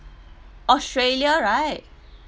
australia right